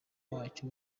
wacyo